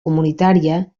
comunitària